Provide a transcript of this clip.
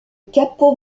capot